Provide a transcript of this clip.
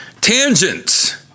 Tangents